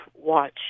watch